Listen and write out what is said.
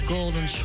Golden